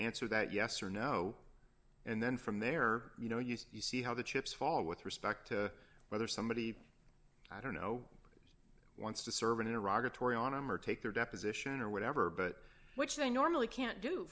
answer that yes or no and then from there you know you see how the chips fall with respect to whether somebody i don't know wants to serve in iraq or tory on him or take their deposition or whatever but which they normally can't do